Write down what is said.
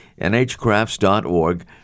nhcrafts.org